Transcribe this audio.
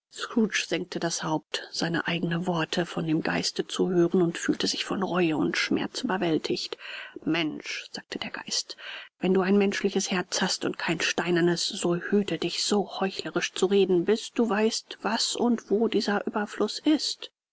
senkte das haupt seine eigenen worte von dem geiste zu hören und fühlte sich von reue und schmerz überwältigt mensch sagte der geist wenn du ein menschliches herz hast und kein steinernes so hüte dich so heuchlerisch zu reden bis du weißt was und wo dieser ueberfluß ist